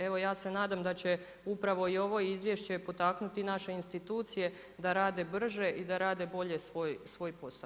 Evo ja se nadam da će upravo i ovo izvješće potaknuti naše institucije da rade brže i da rade bolje svoj posao.